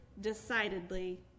decidedly